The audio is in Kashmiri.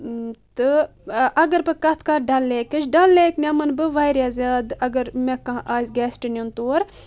تہٕ اگر بہِ کتھ کرٕ ڈل لیکٕچ ڈل لیک نمن بہٕ واریاہ زیادٕ اگر مےٚ کانٛہہ آسہِ گیٚشٹ نیُن تور